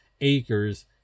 acres